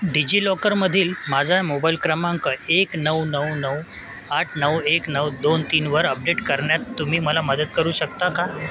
digi लॉकरमधील माझा mobile क्रमांक एक नऊ नऊ नऊ आठ नऊ एक नऊ दोन तीनवर अपडेट करण्यात तुम्ही मला मदत करू शकता का